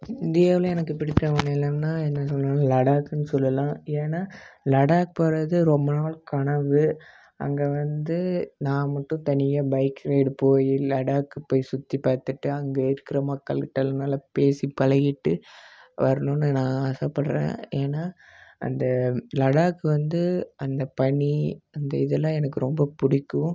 இந்தியாவில் எனக்கு பிடித்த மாநிலம்னால் என்ன சொல்கிறது லடாக்னு சொல்லலாம் ஏன்னால் லடாக் போகிறது ரொம்ப நாள் கனவு அங்கே வந்து நான் மட்டும் தனியாக பைக் ரைடு போய் லடாக்கு போய் சுற்றி பார்த்துட்டு அங்கே இருக்கிற மக்களுக்கிட்ட நல்லா பேசி பழகிட்டு வரணுன்னு நான் ஆசைப்பட்றேன் ஏன்னா அந்த லடாக்கு வந்து அந்த பனி அந்த இதெல்லாம் எனக்கு ரொம்ப பிடிக்கும்